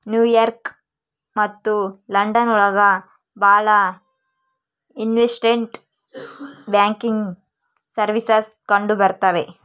new York ಮತ್ತು London ಒಳಗ ಭಾಳ ಇನ್ವೆಸ್ಟ್ಮೆಂಟ್ ಬ್ಯಾಂಕಿಂಗ್ ಸರ್ವೀಸಸ್ ಕಂಡುಬರ್ತವೆ